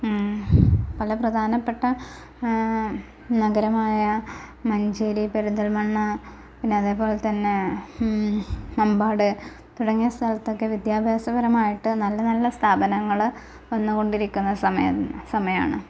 പല പ്രധാനപ്പെട്ട നഗരമായ മഞ്ചേരി പെരിന്തൽമണ്ണ പിന്നെ അതേപോലെ തന്നെ മമ്പാട് തുടങ്ങിയ സ്ഥലത്തൊക്കെ വിദ്യാഭ്യാസപരമായിട്ട് നല്ല നല്ല സ്ഥാപനങ്ങൾ വന്നുകൊണ്ടിരിക്കുന്ന സമയ് സമയമാണ്